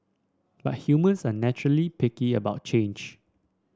but humans are naturally prickly about change